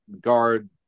guard